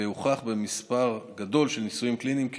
והוכח במספר גדול של ניסויים קליניים כי